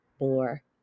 more